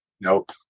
Nope